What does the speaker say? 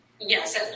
Yes